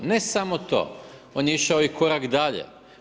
Ne samo to, on je išao i korak dalje.